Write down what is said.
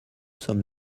sommes